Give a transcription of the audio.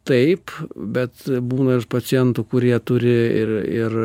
taip bet būna ir pacientų kurie turi ir ir